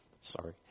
Sorry